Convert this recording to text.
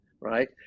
right